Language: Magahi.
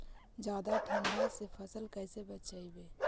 जादे ठंडा से फसल कैसे बचइबै?